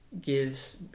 gives